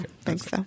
Thanks